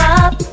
up